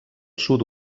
sud